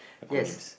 acronyms